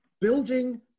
building